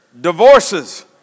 Divorces